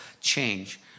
change